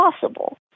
possible